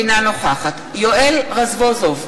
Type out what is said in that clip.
אינה נוכחת יואל רזבוזוב,